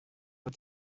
bod